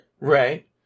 Right